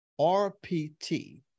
RPT